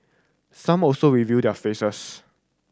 some also reveal their faces